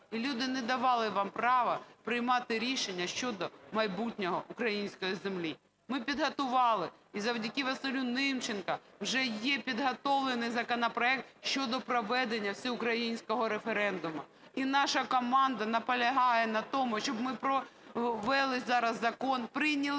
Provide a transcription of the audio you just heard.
І люди не давали вам права приймати рішення щодо майбутнього української землі. Ми підготували і завдяки Василю Німченко вже є підготовлений законопроект щодо проведення всеукраїнського референдуму. І наша команда наполягає на тому, щоб ми провели зараз закон, прийняли